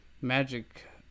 Magic